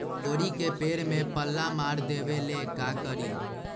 तोड़ी के पेड़ में पल्ला मार देबे ले का करी?